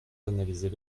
d’analyser